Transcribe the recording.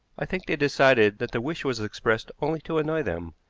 i think, they decided that the wish was expressed only to annoy them,